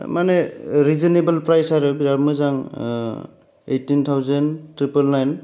माने reasonable price आरो मोजां ओइदटिन थावजेन ट्रिपोल नाइन